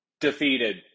defeated